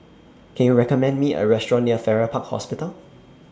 Can YOU recommend Me A Restaurant near Farrer Park Hospital